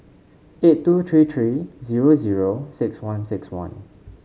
eight two three three zero zero six one six one